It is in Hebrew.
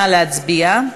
נא להצביע.